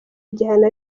igihano